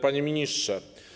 Panie Ministrze!